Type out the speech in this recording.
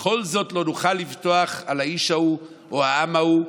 בכל זאת לא נוכל לבטוח על האיש ההוא או העם ההוא,